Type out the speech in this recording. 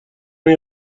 این